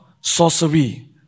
Sorcery